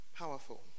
powerful